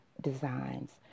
designs